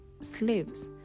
slaves